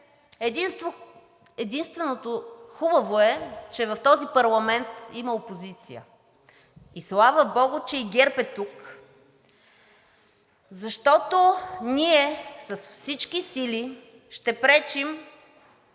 единственото хубаво е, че в този парламент има опозиция, и слава богу, че и ГЕРБ е тук, защото ние с всички сили ще пречим